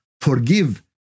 forgive